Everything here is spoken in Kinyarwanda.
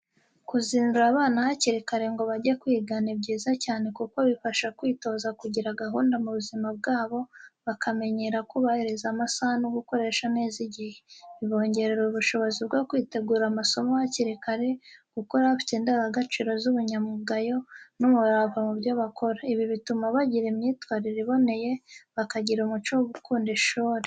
Kuzindura abana hakiri kare ngo bajye kwiga ni byiza cyane kuko bibafasha kwitoza kugira gahunda mu buzima bwabo, bakamenyera kubahiriza amasaha no gukoresha neza igihe. Bibongerera ubushobozi bwo kwitegura amasomo hakiri kare, gukura bafite indangagaciro z’ubunyangamugayo n’umurava mu byo bakora. Ibi bituma bagira imyitwarire iboneye, bakagira umuco wo gukunda ishuri.